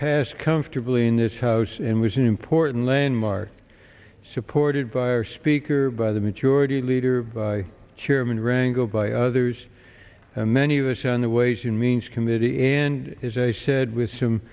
passed comfortably in this house and was an important landmark supported by our speaker by the majority leader by chairman rangle by others and many of us on the ways and means committee and as i said with some